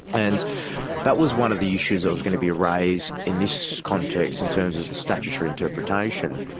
and that was one of the issues that was going to be raised in this context in terms of the statutory interpretation.